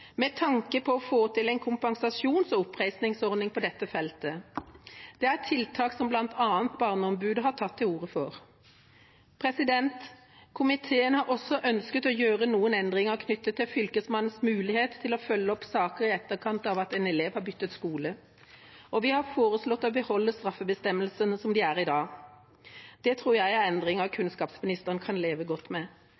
med tanke på å få til en kompensasjons- og oppreisningsordning på dette feltet. Det er tiltak som bl.a. Barneombudet har tatt til orde for. Komiteen har også ønsket å gjøre noen endringer knyttet til Fylkesmannens mulighet til å følge opp saker i etterkant av at en elev har byttet skole, og vi har foreslått å beholde straffebestemmelsene som de er i dag. Det tror jeg er endringer